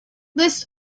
list